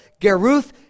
Geruth